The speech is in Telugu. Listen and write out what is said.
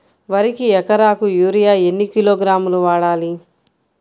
వరికి ఎకరాకు యూరియా ఎన్ని కిలోగ్రాములు వాడాలి?